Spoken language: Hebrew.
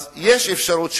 אז יש אפשרות בממשלה,